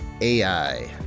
AI